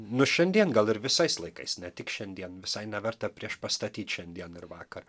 nu šiandien gal ir visais laikais ne tik šiandien visai neverta priešpastatyt šiandien ir vakar